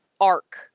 arc